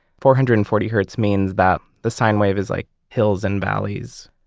four hundred and forty hertz means that the sine wave is like hills and valleys.